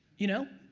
you know?